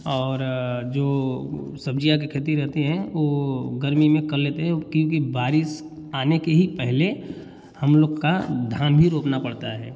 और जो सब्ज़ियाँ के खेती रहती हैं वह गर्मी में कर लेते हैं क्योंकि बारिश आने की ही पहले हम लोग का धान भी रोपना पड़ता है